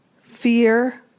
Fear